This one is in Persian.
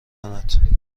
کند